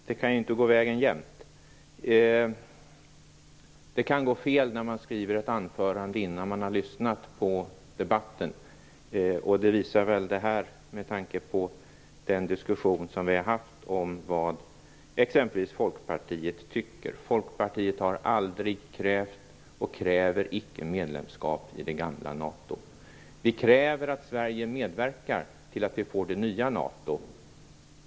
Herr talman! Det kan inte gå vägen jämt. Det kan gå fel när man skriver ett anförande innan man har lyssnat på debatten, och det visar väl det här med tanke på den diskussion som vi har haft om vad exempelvis Folkpartiet tycker. Folkpartiet har aldrig krävt och kräver icke medlemskap i det gamla NATO. Vi kräver att Sverige medverkar till att vi får det nya NATO.